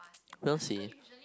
we'll see